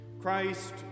Christ